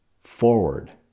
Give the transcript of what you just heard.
forward